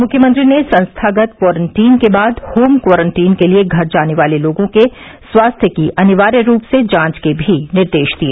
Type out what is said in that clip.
मुख्यमंत्री ने संस्थागत क्वारंटीन के बाद होम क्वारंटीन के लिए घर जाने वाले लोगों के स्वास्थ्य की अनिवार्य रूप से जांच के भी निर्देश दिए